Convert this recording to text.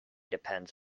depends